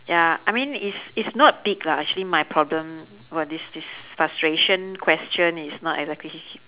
ya I mean it's it's not big lah actually my problem what is this frustration question is not exactly h~